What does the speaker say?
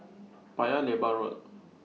Paya Lebar Road